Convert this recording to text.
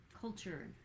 culture